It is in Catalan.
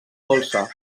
dolça